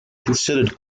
considered